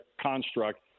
construct